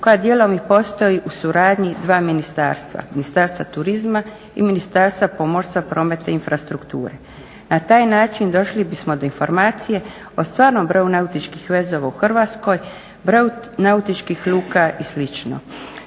koja dijelom i postoji u suradnji dva ministarstva, Ministarstva turizma i Ministarstva pomorstva, prometa i infrastrukture. Na taj način došli bismo do informacije o stvarnom broju nautičkih vezova u Hrvatskoj, broju nautičkih luka i